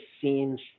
seems